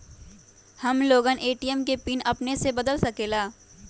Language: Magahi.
हम लोगन ए.टी.एम के पिन अपने से बदल सकेला?